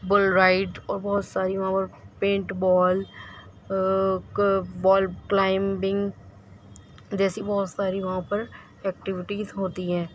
بل ride اور بہت ساری وہاں پر پینٹ بال ک بال پلائمبنگ جیسی بہت ساری وہاں پر ایکٹیویٹیز ہوتی ہیں